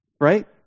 right